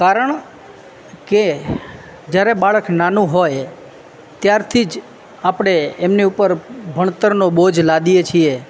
કારણ કે જ્યારે બાળક નાનું હોય ત્યારથી જ આપણે એમને ઉપર ભણતરનો બોજ લાદીએ છીએ